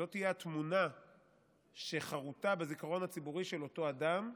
זאת תהיה התמונה שחרותה בזיכרון הציבורי של אותו אדם,